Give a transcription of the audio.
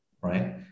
right